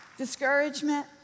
discouragement